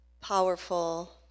powerful